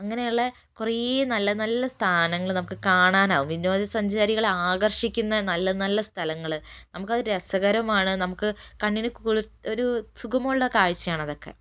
ഇങ്ങനെയുള്ള കുറേ നല്ല നല്ല സ്ഥാനങ്ങള് നമുക്ക് കാണാനാകും വിനോദസഞ്ചാരികളെ ആകർഷിക്കുന്ന നല്ല നല്ല സ്ഥലങ്ങള് നമുക്കത് രസകരമാണ് നമുക്ക് കണ്ണിന് കുളിർ ഒരു സുഖമുള്ള കാഴ്ച്ചയാണതൊക്കെ